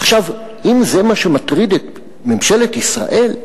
עכשיו, אם זה מה שמטריד את ממשלת ישראל,